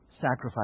sacrifice